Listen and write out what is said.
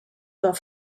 were